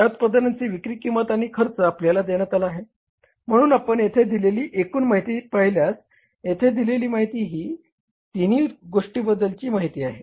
या उत्पादनांची विक्री किंमत आणि खर्च आपल्याला देण्यात आला आहे म्हणून आपण येथे दिलेली एकूण माहिती पाहिल्यास येथे दिलेली माहिती ही तिन्ही गोष्टींबद्दलची माहिती आहे